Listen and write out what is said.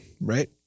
Right